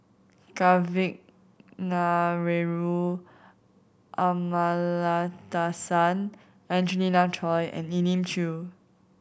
Kavignareru Amallathasan Angelina Choy and Elim Chew